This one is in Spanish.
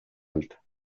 alta